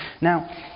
Now